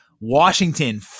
Washington